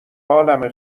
حالمه